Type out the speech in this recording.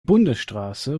bundesstraße